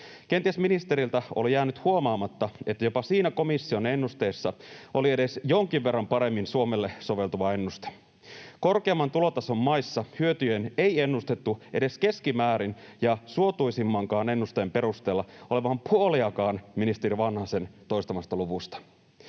Kenties ministeriltä oli jäänyt huomaamatta, että jopa siinä komission ennusteessa oli edes jonkin verran paremmin Suomelle soveltuva ennuste. Korkeamman tulotason maissa hyötyjen ei ennustettu edes keskimäärin ja suotuisimmankaan ennusteen perusteella olevan puoliakaan ministeri Vanhasen toistamasta luvusta.